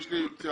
יש לי פציעות,